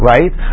Right